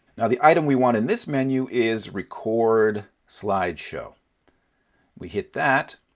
now, the item we want in this menu is record slideshow we hit that,